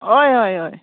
हय हय हय